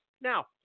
Now